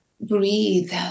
breathe